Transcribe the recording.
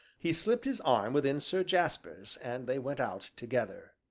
he slipped his arm within sir jasper's, and they went out together.